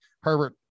Herbert